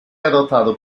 adoptado